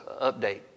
update